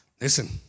Listen